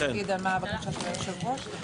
תגיד מה בקשת היושב-ראש.